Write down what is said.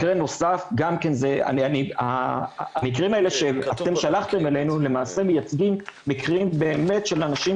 מקרה נוסף המקרים שאתם שלחתם אלינו למעשה מייצגים מקרים של אנשים